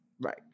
Right